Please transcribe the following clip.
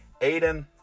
Aiden